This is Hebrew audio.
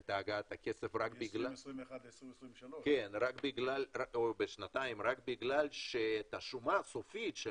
את הגעת הכסף רק בגלל שאת השומה הסופית של